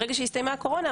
ברגע שהסתיימה הקורונה,